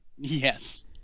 Yes